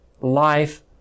life